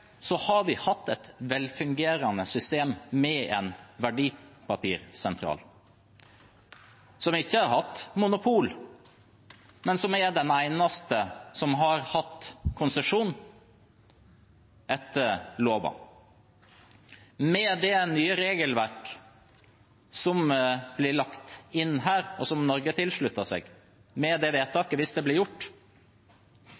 har vi hatt et velfungerende system med en verdipapirsentral som ikke har hatt monopol, men som er den eneste som har hatt konsesjon etter loven. Med det nye regelverket som blir lagt inn her, og som Norge tilslutter seg med dette vedtaket, hvis det